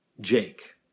jake